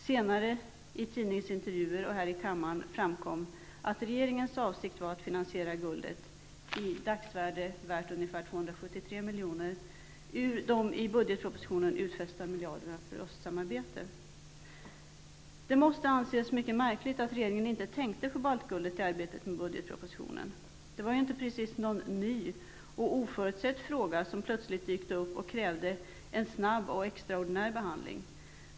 Senare framkom i tidningsintervjuer och här i kammaren att regeringens avsikt var att finansiera guldet, värt 273 milj.kr. i dagens penningvärde, från de i budgetpropositionen utfästa miljarderna för östsamarbete. Det måste anses mycket märkligt att regeringen inte tänkte på baltguldet i arbetet med budgetpropositionen. Det var ju inte precis någon ny och oförutsedd fråga som plötsligt dök upp och krävde en snabb och extraordinär behandling.